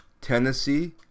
Tennessee